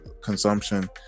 consumption